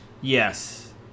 yes